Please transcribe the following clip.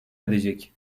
edecek